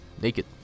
naked